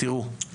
באקדמיה היום,